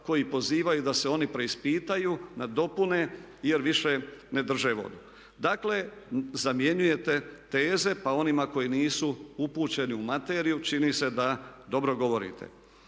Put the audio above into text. koji pozivaju da se oni preispitaju, nadopune jer više ne drže vodu. Dakle, zamjenjujete teze, pa onima koji nisu upućeni u materiju čini se da dobro govorite.